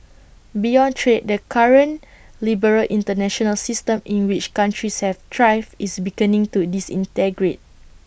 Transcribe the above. beyond trade the current liberal International system in which countries have thrived is beginning to disintegrate